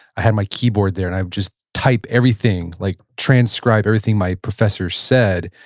i had my keyboard there, and i'd just type everything, like transcribe everything my professor said.